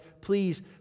please